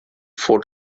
fort